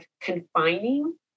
confining